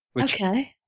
Okay